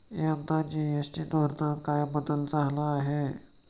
यंदा जी.एस.टी धोरणात काय बदल झाला आहे?